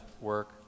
work